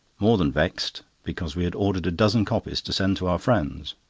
more than vexed, because we had ordered a dozen copies to send to our friends.